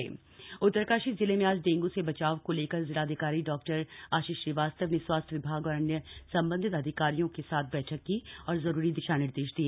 dengue बैठक उत्तरकाशी जिले में आज डेंगू से बचाव को लेकर जिलाधिकारी डॉ आशीष श्रीवास्तव ने स्वास्थ्य विभाग और अन्य सम्बन्धित अधिकारियों के साथ बैठक की और जरूरी दिशा निर्देश दिए